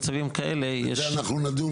על זה אנחנו נדון,